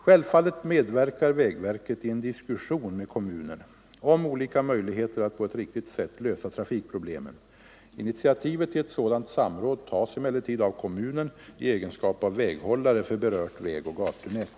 Självfallet medverkar vägverket i en diskussion med kommunen om olika möjligheter att på ett riktigt sätt lösa trafikproblemen. Initiativet till ett sådant samråd tas emellertid av kommunen i egenskap av väghållare för berört vägoch gatunät.